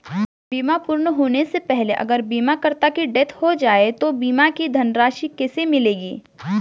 बीमा पूर्ण होने से पहले अगर बीमा करता की डेथ हो जाए तो बीमा की धनराशि किसे मिलेगी?